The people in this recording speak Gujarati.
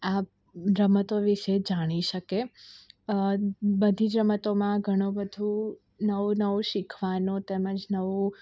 આ રમતો વિશે જાણી શકે બધી જ રમતોમાં ઘણું બધુ નવું નવું શીખવાનું તેમજ નવું